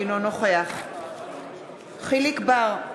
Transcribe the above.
אינו נוכח יחיאל חיליק בר,